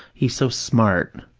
he's so smart.